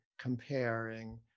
comparing